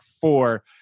four